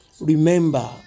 Remember